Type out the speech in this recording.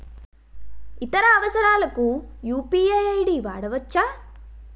ఇతర అవసరాలకు UPI ID వాడవచ్చా?